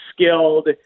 skilled